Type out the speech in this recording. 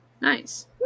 Nice